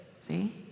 see